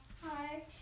Hi